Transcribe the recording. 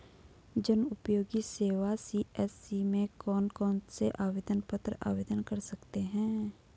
जनउपयोगी सेवा सी.एस.सी में कौन कौनसे आवेदन पत्र आवेदन कर सकते हैं?